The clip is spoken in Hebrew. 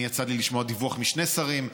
יצא לי לשמוע דיווח משני שרים,